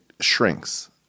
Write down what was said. shrinks